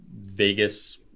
Vegas